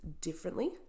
differently